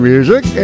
Music